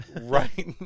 right